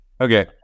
Okay